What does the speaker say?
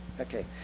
Okay